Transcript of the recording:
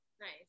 nice